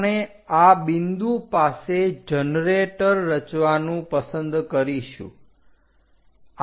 આપણે આ બિંદુ પાસે જનરેટર રચવાનું પસંદ કરીશું